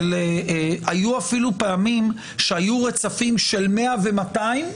היו אפילו פעמים שהיו רצפים של 100 ו-200,